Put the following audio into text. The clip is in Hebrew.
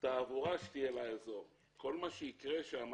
התעבורה שתהיה לאזור וכל מה שיקרה שם